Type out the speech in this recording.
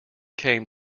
came